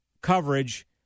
coverage